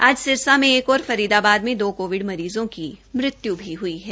आज सिरसा में एक और फरीदाबाद में दो कोविड मरीज़ो की मृत्यु हुई है